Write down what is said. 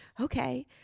okay